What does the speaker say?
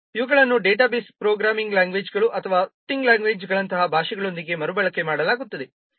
ಇವುಗಳನ್ನು database programming ಲ್ಯಾಂಗ್ವೇಜ್ಗಳು ಅಥವಾ ಸ್ಕ್ರಿಪ್ಟಿಂಗ್ ಲ್ಯಾಂಗ್ವೇಜ್ಗಳಂತಹ ಭಾಷೆಗಳೊಂದಿಗೆ ಮರುಬಳಕೆ ಮಾಡಲಾಗುತ್ತದೆ